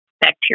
bacteria